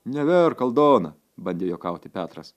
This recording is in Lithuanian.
neverk aldona bandė juokauti petras